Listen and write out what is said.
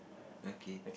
okay